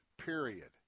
period